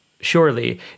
surely